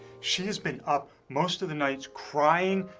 she has been up most of the nights crying,